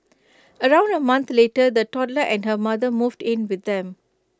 around A month later the toddler and her mother moved in with them